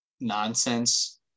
nonsense